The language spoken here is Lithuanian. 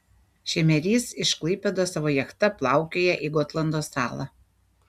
šemerys iš klaipėdos savo jachta plaukioja į gotlando salą